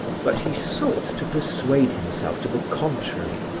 but he sought to persuade himself to the contrary,